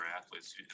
athletes